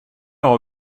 har